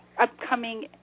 upcoming